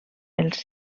els